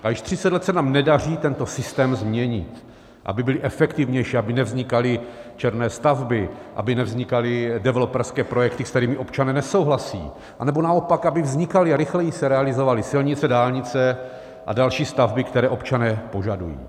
A již třicet let se nám nedaří tento systém změnit, aby byly efektivnější, aby nevznikaly černé stavby, aby nevznikaly developerské projekty, se kterými občané nesouhlasí, anebo naopak aby vznikaly a rychleji se realizovaly silnice, dálnice a další stavby, které občané požadují.